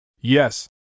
Yes